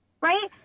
right